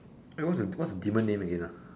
eh what's the what's the demon name again